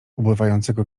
ubywającego